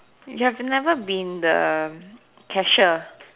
you have never been the cashier